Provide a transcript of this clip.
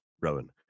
Rowan